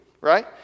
right